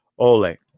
ole